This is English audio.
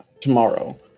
tomorrow